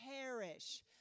perish